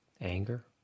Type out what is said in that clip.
anger